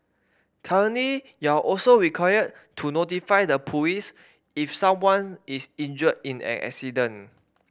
currently you're also required to notify the police if someone is injured in an accident